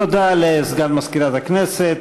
תודה לסגן מזכירת הכנסת.